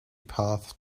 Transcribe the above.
path